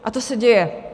A to se děje.